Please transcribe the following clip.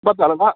പത്ത് ആൾ വരൂ